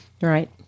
Right